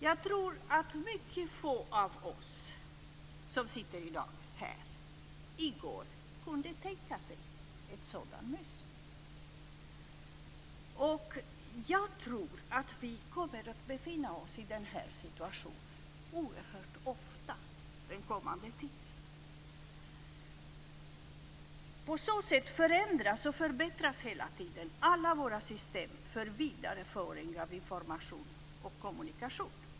Jag tror att mycket få av oss som sitter här i dag i går kunde tänka sig en sådan mus. Vi kommer att befinna oss i den situationen oerhört ofta den kommande tiden. På så sätt förändras och förbättras hela tiden alla våra system för vidareföring av information och kommunikation.